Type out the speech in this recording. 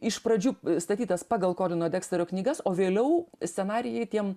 iš pradžių statytas pagal kolino deksterio knygas o vėliau scenarijai tiem